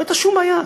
לא הייתה שום בעיה.